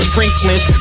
Franklin's